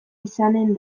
izanen